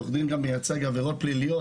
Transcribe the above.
עורך דין גם מייצג עבודות פליליות,